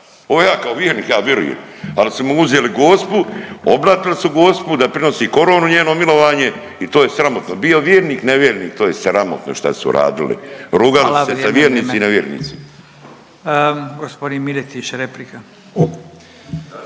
Ovo ja kao vjernik ja vjerujem, ali su mu uzeli Gospu oblatili su Gospu da prenosi koronu njeno milovanje i to je sramotno, bio vjernik, ne vjernik to je sramotno što su radili. Rugali …/Upadica Radin: